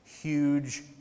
Huge